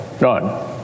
none